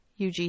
UG